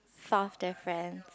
fourth difference